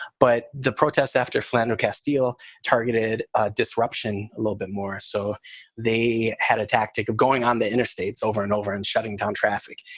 but the protests after flandreau castiel targeted disruption a little bit more. so they had a tactic of going on the interstates over and over and shutting down traffic.